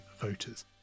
voters